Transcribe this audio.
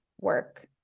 work